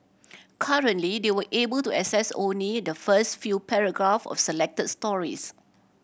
currently they were able to access only the first few paragraph of selected stories